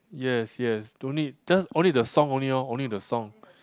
yes yes don't need just only the song only orh only the song